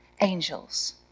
angels